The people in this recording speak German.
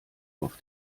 auf